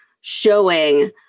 showing